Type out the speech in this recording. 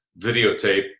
videotape